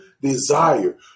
desire